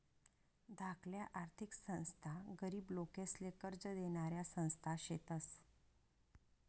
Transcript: धाकल्या आर्थिक संस्था गरीब लोकेसले कर्ज देनाऱ्या संस्था शेतस